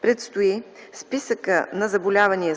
предстои списъка на заболявания